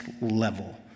level